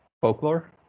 folklore